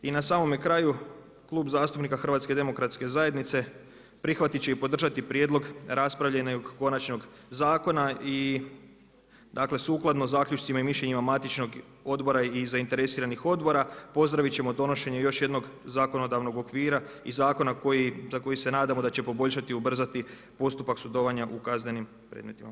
I na samome kraju Klub zastupnika HDZ-a prihvatiti će i podržati prijedlog raspravljenog konačnog zakona i dakle sukladno zaključcima i mišljenjima matičnog odbora i zainteresiranih odbora pozdraviti ćemo donošenje još jednog zakonodavnog okvira i zakoni za koji se nadamo da će poboljšati i ubrzati postupak sudovanja u kaznenim predmetima.